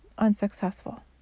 Unsuccessful